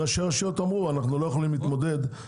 ראשי הרשויות אמרו: "אנחנו לא יכולים להתמודד עם זה,